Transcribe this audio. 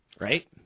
right